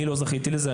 אני לא זכיתי לזה,